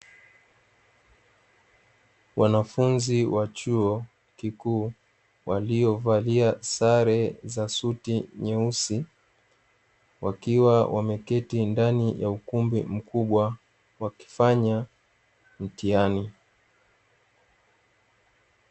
Wanafunzi wa chuo kikuu, waliovalia sare za suti nyeusi wakiwa wameketi ndani ya ukumbi mkubwa wakifanya mtihani.